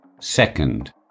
Second